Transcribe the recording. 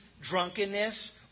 Drunkenness